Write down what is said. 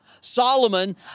Solomon